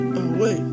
away